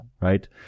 Right